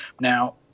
Now